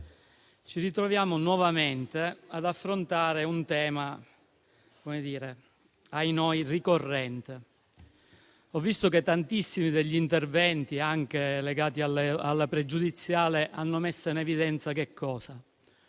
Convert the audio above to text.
ci ritroviamo nuovamente ad affrontare un tema purtroppo ricorrente. Ho visto che tantissimi degli interventi, anche legati alla questione pregiudiziale, hanno messo in evidenza un modo